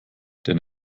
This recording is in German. der